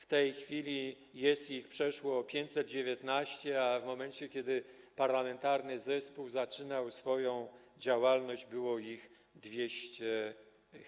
W tej chwili jest ich przeszło 519, a w momencie, kiedy parlamentarny zespół zaczynał swoją działalność, było ich